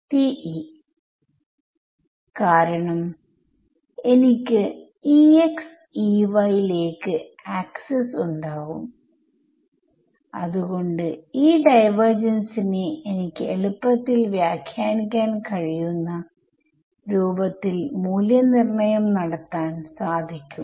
TE കാരണം എനിക്ക് ലേക്ക് ആക്സെസ് ഉണ്ടാവും അത്കൊണ്ട് ഈ ഡൈവർജെൻസിനെ എനിക്ക് എളുപ്പത്തിൽ വ്യാഖ്യാനിക്കാൻ കഴിയുന്ന രൂപത്തിൽ മൂല്യ നിർണ്ണയം നടത്താൻ സാധിക്കും